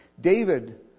David